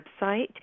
website